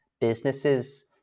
businesses